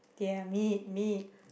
yeah meat meat